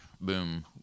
boom